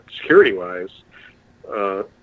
security-wise